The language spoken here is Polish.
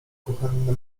kuchenne